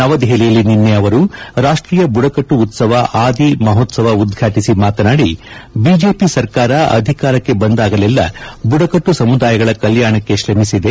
ನವದೆಹಲಿಯಲ್ಲಿ ನಿನ್ನೆ ಅವರು ರಾಷ್ಟೀಯ ಬುಡಕಟ್ಟು ಉತ್ಪವ ಆದಿ ಮಹೋತ್ಪವ ಉದ್ಘಾಟಿಸಿ ಮಾತನಾಡಿ ಬಿಜೆಪಿ ಸರಕಾರ ಅಧಿಕಾರಕ್ಕೆ ಬಂದಾಗಲೆಲ್ಲಾ ಬುಡಕಟ್ಟು ಸಮುದಾಯಗಳ ಕಲ್ಯಾಣಕ್ಕೆ ಶ್ರಮಿಸಿದೆ